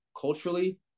culturally